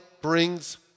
brings